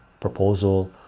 proposal